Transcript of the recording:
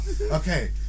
okay